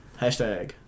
Hashtag